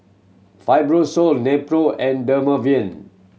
Fibrosol Nepro and Dermaveen